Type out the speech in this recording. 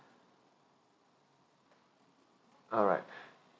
alright